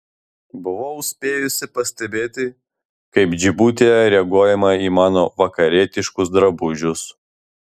buvau spėjusi pastebėti kaip džibutyje reaguojama į mano vakarietiškus drabužius